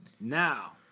Now